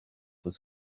was